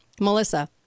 Melissa